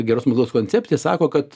geros moklos koncepcija sako kad